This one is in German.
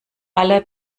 alle